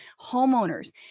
homeowners